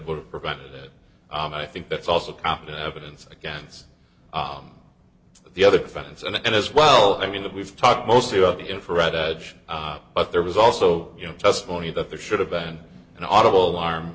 would have prevented it and i think that's also competent evidence against the other defendants and as well i mean that we've talked mostly about the infrared edge but there was also you know testimony that there should have been an audible alarm